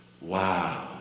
Wow